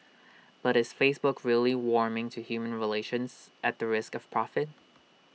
but is Facebook really warming to human relations at the risk of profit